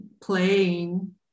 playing